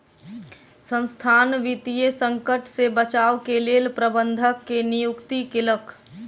संसथान वित्तीय संकट से बचाव के लेल प्रबंधक के नियुक्ति केलक